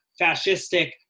fascistic